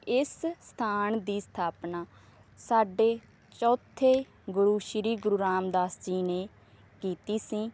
ਇਸ ਸਥਾਨ ਦੀ ਸਥਾਪਨਾ ਸਾਡੇ ਚੌਥੇ ਗੁਰੂ ਸ਼੍ਰੀ ਗੁਰੂ ਰਾਮਦਾਸ ਜੀ ਨੇ ਕੀਤੀ ਸੀ